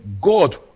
God